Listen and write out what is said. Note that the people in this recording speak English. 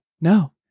No